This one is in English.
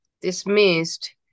dismissed